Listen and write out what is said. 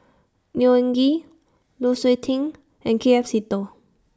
Neo Anngee Lu Suitin and K F Seetoh